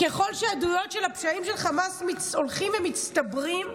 ככל שהעדויות של הפשעים של חמאס הולכים ומצטברים,